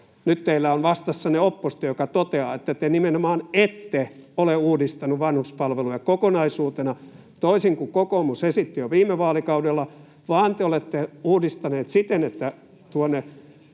Nyt teillä on vastassanne oppositio, joka toteaa, että te nimenomaan ette ole uudistaneet vanhuspalveluja kokonaisuutena, toisin kuin kokoomus esitti jo viime vaalikaudella, vaan te olette uudistaneet siten, että hoivaan